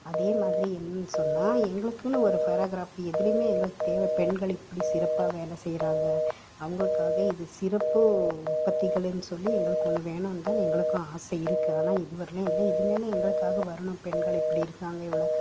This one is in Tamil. அதே மாதிரி என்னென்னு சொன்னால் எங்களுக்குன்னு ஒரு பேராகிராஃபி எதுலேயுமே எங்களுக்கு தேவை பெண்கள் இப்படி சிறப்பாக வேலை செய்கிறாங்க அவங்களுக்காக இது சிறப்பு பத்திகளன்னு சொல்லி எங்களுக்கு ஒன்று வேணுன்னுதான் எங்களுக்கும் ஆசை இருக்குது ஆனால் இது வரையிலும் இல்லை இனிமேலும் எங்களுக்காக வரணும் பெண்கள் இப்படி இருக்காங்க இவ்வளோ